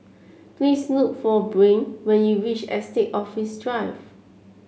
please look for Brain when you reach Estate Office Drive